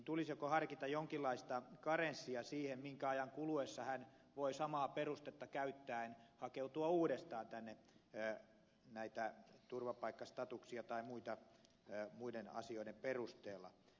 tulisiko harkita jonkinlaista karenssia siihen minkä ajan kuluessa hän voi samaa perustetta käyttäen hakeutua uudestaan tänne näiden turvapaikkastatuksien tai muiden asioiden perusteella